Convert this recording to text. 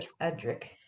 Edric